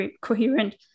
coherent